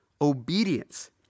obedience